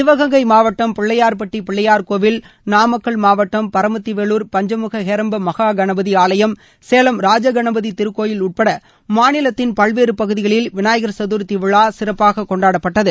சிவகங்கை மாவட்டம் பிள்ளையார்பட்டி பிள்ளையார் கோவில் நாமக்கல் மாவட்டம் பரமத்தி வேலூர் பஞ்சமுக ஹேரம்ப மகா கணபதி ஆலயம் சேலம் ராஜகணபதி திருக்கோயில் உட்பட மாநிலத்தின் பல்வேறு பகுதிகளில் விநாயகர் சதர்த்தி விழா சிறப்பாக கொண்டாடப்பட்டது